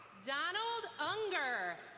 donald unger.